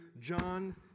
John